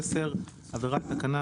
(10) עבירה על תקנה